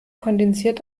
kondensiert